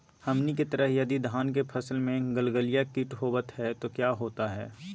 हमनी के तरह यदि धान के फसल में गलगलिया किट होबत है तो क्या होता ह?